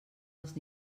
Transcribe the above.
els